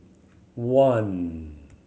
one